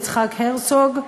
יצחק הרצוג,